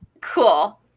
Cool